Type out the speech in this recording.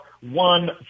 one